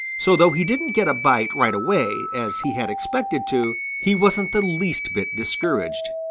so though he didn't get a bite right away as he had expected to, he wasn't the least bit discouraged.